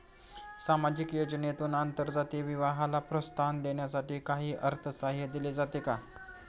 सामाजिक योजनेतून आंतरजातीय विवाहाला प्रोत्साहन देण्यासाठी काही अर्थसहाय्य दिले जाते का?